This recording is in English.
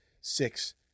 six